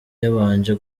yabanje